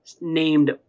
named